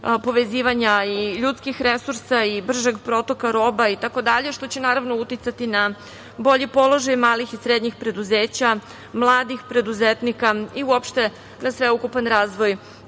povezivanja i ljudskih resursa i bržeg protoka roba itd. što će, naravno, uticati na bolji položaj malih i srednjih preduzeća, mladih preduzetnika i uopšte na sveukupan razvoj